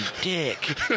dick